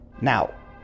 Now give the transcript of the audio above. Now